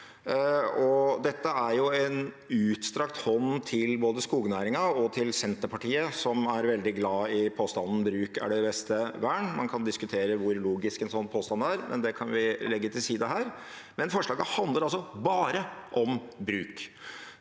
Dette er jo en utstrakt hånd til både skognæringen og Senterpartiet, som er veldig glad i påstanden «bruk er det beste vern». Man kan diskutere hvor logisk en sånn påstand er, men det kan vi legge til side her. Forslaget handler altså bare om bruk.